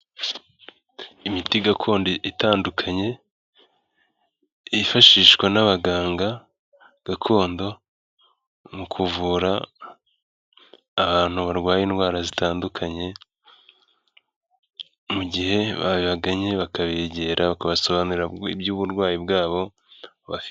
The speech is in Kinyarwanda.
Imiti gakondo itandukanye yifashishwa n'abaganga gakondo mu kuvura abantu barwaye indwara zitandukanye, mu gihe babagannye bakabegera bakabasobanurira iby'uburwayi bwabo bafite.